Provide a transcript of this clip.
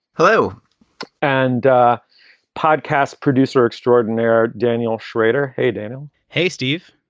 hello and podcast producer extraordinaire daniel schrader. hey, daniel hey, steve.